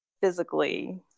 physically